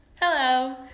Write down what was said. Hello